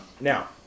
Now